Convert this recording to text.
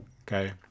okay